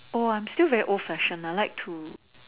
oh I'm still very old fashioned I like to